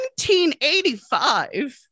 1985